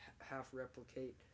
half-replicate